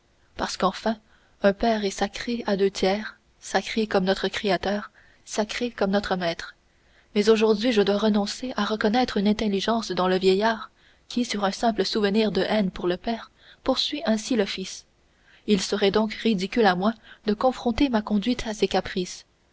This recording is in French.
parce qu'enfin un père est sacré à deux titres sacré comme notre créateur sacré comme notre maître mais aujourd'hui je dois renoncer à reconnaître une intelligence dans le vieillard qui sur un simple souvenir de haine pour le père poursuit ainsi le fils il serait donc ridicule à moi de conformer ma conduite à ses caprices